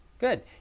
Good